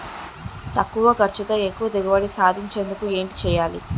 తక్కువ ఖర్చుతో ఎక్కువ దిగుబడి సాధించేందుకు ఏంటి చేయాలి?